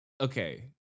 okay